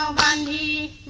monday